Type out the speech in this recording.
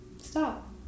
stop